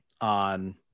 on